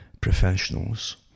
professionals